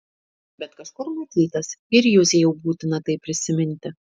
bet kažkur matytas ir juzei jau būtina tai prisiminti